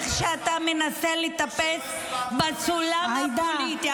איך שאתה מנסה לטפס בסולם הפוליטי,